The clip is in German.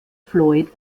floyd